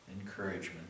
encouragement